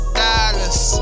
dollars